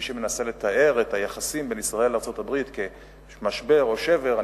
מי שמנסה לתאר את היחסים בין ישראל לארצות-הברית כמשבר או שבר,